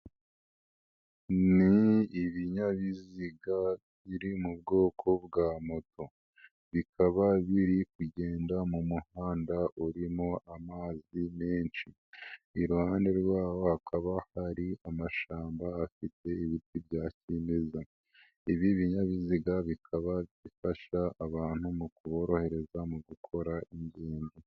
Ni ibinyabiziga biri mu bwoko bwa moto, bikaba biri kugenda mu muhanda urimo amazi menshi, iruhande rwaho hakaba hari amashamba afite ibiti bya kimeza. Ibi binyabiziga bikaba bifasha abantu mu kuboroherereza mu gukora ingendo.